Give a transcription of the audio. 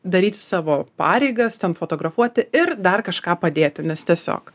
daryti savo pareigas ten fotografuoti ir dar kažką padėti nes tiesiog